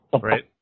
Right